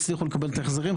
הצליחו לקבל את ההחזרים.